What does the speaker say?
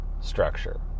structure